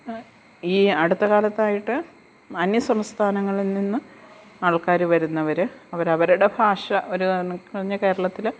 ഈ അടുത്ത കാലത്തായിട്ട് അന്യസംസ്ഥാനങ്ങളിൽ നിന്നും ആള്ക്കാര് വരുന്നവര് അവരവരുടെ ഭാഷ ഒര കേരളത്തില്